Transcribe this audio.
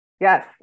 Yes